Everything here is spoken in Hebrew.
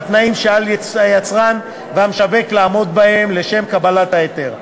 התנאים שעל היצרן והמשווק לעמוד בהם לשם קבלת ההיתר,